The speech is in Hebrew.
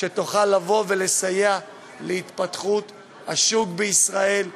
שתוכל לבוא ולסייע להתפתחות השוק בישראל,